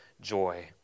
joy